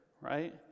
Right